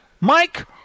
Mike